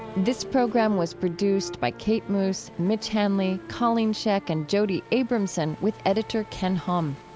this program was produced by kate moos, mitch hanley, colleen scheck, and jody abramson, with editor ken hom.